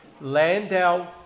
Landau